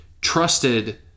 trusted